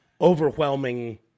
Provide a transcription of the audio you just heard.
overwhelming